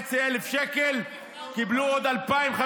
4,500 שקל, קיבלו עוד 2,500